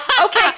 Okay